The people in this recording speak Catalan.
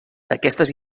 aquestes